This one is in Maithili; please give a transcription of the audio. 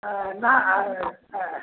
अ ना आ सए